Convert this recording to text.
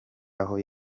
aho